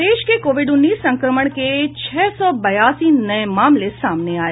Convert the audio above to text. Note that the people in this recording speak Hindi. प्रदेश के कोविड उन्नीस संक्रमण के छह सौ बयासी नये मामले सामने आये